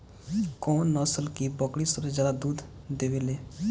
कौन नस्ल की बकरी सबसे ज्यादा दूध देवेले?